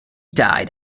died